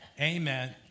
amen